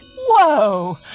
Whoa